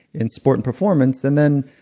in sport and performance. and then,